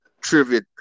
trivia